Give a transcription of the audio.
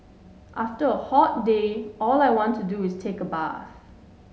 after a hot day all I want to do is take a bath